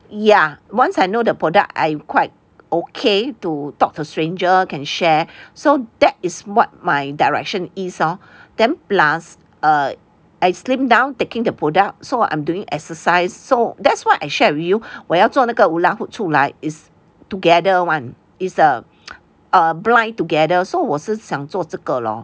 ya once I know the product I quite okay to talk to stranger can share so that is what my direction is lor then plus err I slimmed down taking the product so I'm doing exercise so that's why I share with you 我要做那个 hula hoop 出来 is together one is a bind together so 我是想做这个 lor